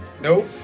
Nope